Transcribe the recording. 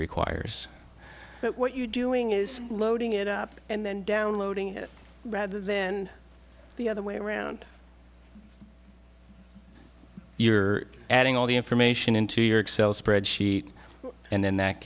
requires that what you're doing is loading it up and then downloading it rather then the other way around you're adding all the information into your excel spreadsheet and then that